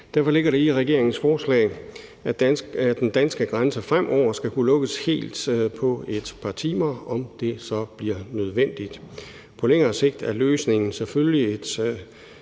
Derfor ligger det i regeringens forslag, at den danske grænse fremover skal kunne lukkes helt på et par timer – om det så bliver nødvendigt. På længere sigt er løsningen selvfølgelig et